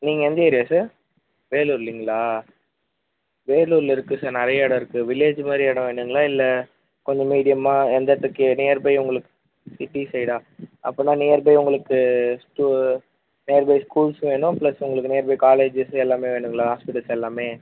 நீங்கள் எந்த area sir வேலூர்லிங்களா வேலூரில் இருக்குது சார் நிறையா இடம் இருக்குது வில்லேஜ் மாதிரி இடம் வேணும்ங்களா இல்லை கொஞ்சம் மீடியமாக எந்த இடத்துக்கு நியர்பை உங்களுக்கு சிட்டி சைடா அப்படினா நியர்பை உங்களுக்கு ஸ்டூ நியர்பை ஸ்கூல்ஸும் வேணும் ப்ளஸ் உங்களுக்கு நியர்பை காலேஜஸு எல்லாமே வேணும்ங்களா ஹாஸ்பிட்டல்ஸ் எல்லாமே